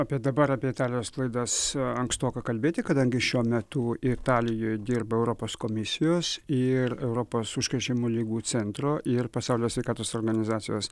apie dabar apie kelias klaidas ankstoka kalbėti kadangi šiuo metu italijoj dirba europos komisijos ir europos užkrečiamų ligų centro ir pasaulio sveikatos organizacijos